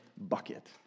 bucket